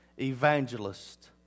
evangelist